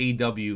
aw